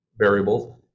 Variables